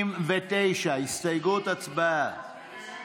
69, הסתייגות, הצבעה.